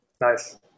Nice